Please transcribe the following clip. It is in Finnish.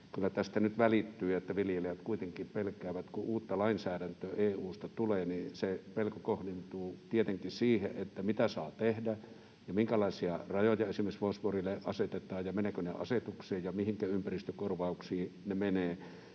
nyt välittyy, että viljelijät kuitenkin pelkäävät. Kun uutta lainsäädäntöä EU:sta tulee, niin se pelko kohdentuu tietenkin siihen, että mitä saa tehdä ja minkälaisia rajoja esimerkiksi fosforille asetetaan ja menevätkö ne asetukseen ja mihinkä ympäristökorvauksiin ne menevät,